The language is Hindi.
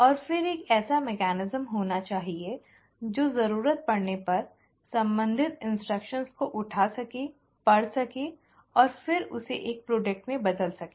और फिर एक ऐसा मेकनिज़म् होना चाहिए जो जरूरत पड़ने पर संबंधित निर्देशों को उठा सके पढ़ सके और फिर उसे एक उत्पाद में बदल सके